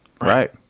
right